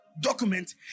document